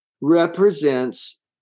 represents